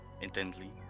intently